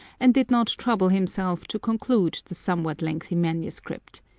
and did not trouble himself to conclude the somewhat lengthy manuscript.